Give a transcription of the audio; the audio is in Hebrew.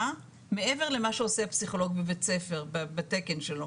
מעבר למה שעושה הפסיכולוג בבית ספר בתקן שלו.